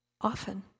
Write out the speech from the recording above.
Often